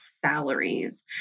salaries